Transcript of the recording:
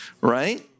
right